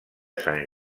sant